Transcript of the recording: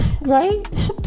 Right